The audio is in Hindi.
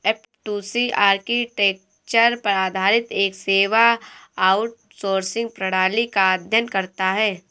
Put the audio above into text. ऍफ़टूसी आर्किटेक्चर पर आधारित एक सेवा आउटसोर्सिंग प्रणाली का अध्ययन करता है